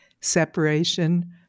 separation